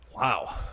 wow